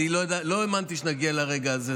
אני לא האמנתי שנגיע לרגע הזה.